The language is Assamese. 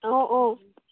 অঁ অঁ